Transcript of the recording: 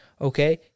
Okay